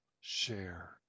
share